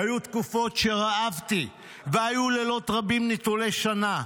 היו תקופות שרעבתי והיו לילות רבים נטולי שינה.